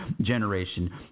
Generation